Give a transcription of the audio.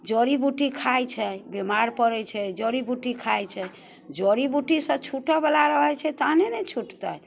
जड़ी बूटी खाय छै बीमार पड़ै छै जड़ी बूटी खाय छै जड़ी बूटीसँ छुटऽवला रहै छै तहने ने छुटतै